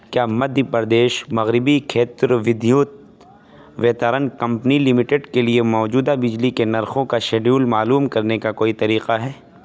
کیا مدھیہ پردیش مغربی کھیتر ودھیوت ویتارن کمپنی لمیٹڈ کے لیے موجودہ بجلی کے نرخوں کا شیڈیول معلوم کرنے کا کوئی طریقہ ہے